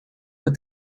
but